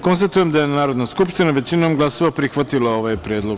Konstatujem da je Narodna skupština, većinom glasova, prihvatila ovaj predlog.